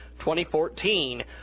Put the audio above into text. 2014